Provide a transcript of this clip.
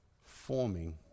forming